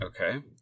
okay